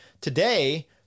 today